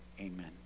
Amen